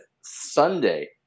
Sunday